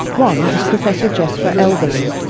one is professor jesper elberling,